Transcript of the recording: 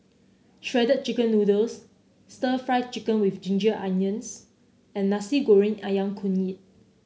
Shredded Chicken Noodles stir Fry Chicken with Ginger Onions and Nasi Goreng ayam kunyit